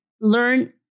learn